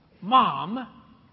mom